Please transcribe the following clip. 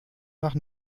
nach